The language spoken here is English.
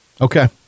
Okay